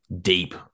deep